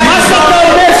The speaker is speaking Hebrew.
יש לי שאלה באמת.